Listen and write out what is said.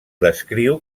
descriu